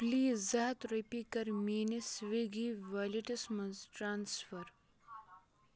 please زٕ ہَتھ رۄپیہِ کَر میٲنِس سوِگی والیٹَس مَنٛز ٹرانسفر